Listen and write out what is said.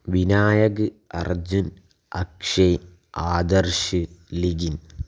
Vinayak Arjun Akshay Adarsh ലീഗിൻ